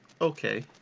Okay